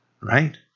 right